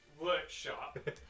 workshop